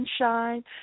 sunshine